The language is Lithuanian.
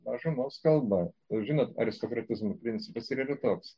mažumos kalba o žinot aristokratizmo principas ir yra toks